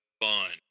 fun